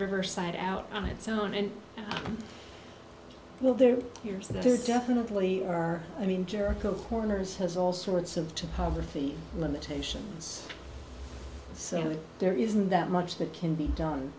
riverside out on its own and while they're here so this is definitely our i mean jericho corners has all sorts of topography limitations so there isn't that much that can be done